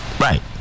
right